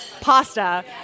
pasta